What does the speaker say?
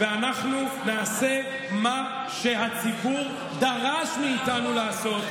ואנחנו נעשה מה שהציבור דרש מאיתנו לעשות,